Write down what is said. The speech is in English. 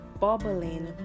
bubbling